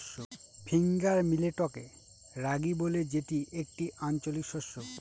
finger মিলেটকে রাগি বলে যেটি একটি আঞ্চলিক শস্য